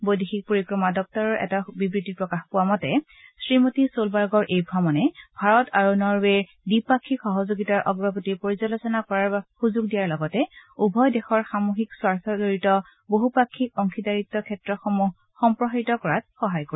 বৈদেশিক পৰিক্ৰমা দপ্তৰৰ এটা বিবৃতিত প্ৰকাশ পোৱা মতে শ্ৰীমতী ছলবাৰ্গৰ এই ভ্ৰমণে ভাৰত আৰু নৰৱেৰ দ্বিপাক্ষিক সহযোগিতাৰ অগ্ৰগতিৰ পৰ্যালোচনা কৰাৰ সুযোগ দিয়াৰ লগতে উভয় দেশৰ সামূহিক স্বাৰ্থ জড়িত বহুপাক্ষিক অংশীদাৰিত্বৰ ক্ষেত্ৰসমূহ সম্প্ৰসাৰিত কৰাত সহায় কৰিব